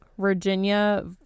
Virginia